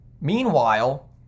Meanwhile